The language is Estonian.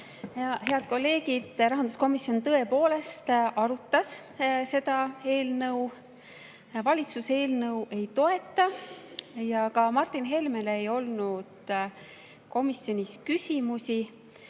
Head kolleegid! Rahanduskomisjon tõepoolest arutas seda eelnõu. Valitsus eelnõu ei toeta ja ka Martin Helmele ei olnud komisjonis küsimusi.